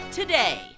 today